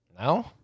No